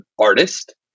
artist